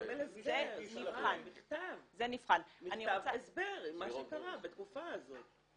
לקבל מכתב הסבר עם מה שקרה בתקופה הזאת.